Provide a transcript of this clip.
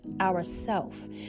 ourself